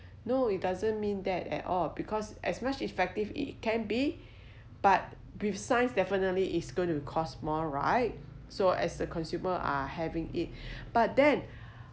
no it doesn't mean that at all because as much effective it can be but with science definitely is going to cost more right so as the consumer are having it but then